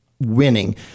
Winning